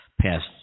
past